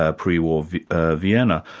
ah pre-war ah vienna.